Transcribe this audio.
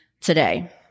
today